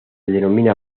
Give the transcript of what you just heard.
denomina